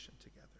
together